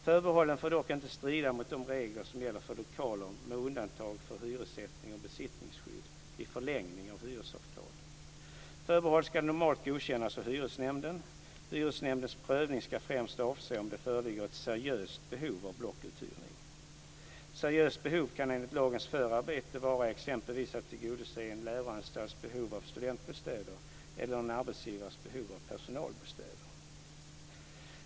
Förbehållen får dock inte strida mot de regler som gäller för lokaler med undantag för hyressättning och besittningsskydd vid förlängning av hyresavtal. Förbehåll ska normalt godkännas av hyresnämnden. Hyresnämndens prövning ska främst avse om det föreligger ett seriöst behov av blockuthyrning. Seriöst behov kan enligt lagens förarbeten vara exempelvis att man ska tillgodose en läroanstalts behov av studentbostäder eller en arbetsgivares behov av personalbostäder.